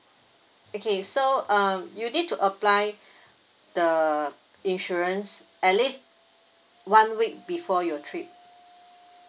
okay so um you need to apply the insurance at least one week before your trip